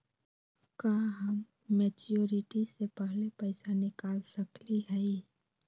का हम मैच्योरिटी से पहले पैसा निकाल सकली हई?